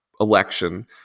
election